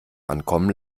ankommen